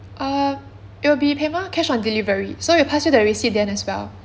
um it will be payment cash on delivery so we'll pass you the receipt then as well